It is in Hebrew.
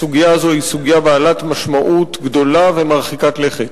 הסוגיה הזו היא סוגיה בעלת משמעות גדולה ומרחיקת לכת.